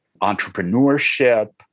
entrepreneurship